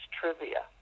trivia